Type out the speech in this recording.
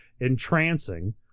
entrancing